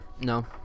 No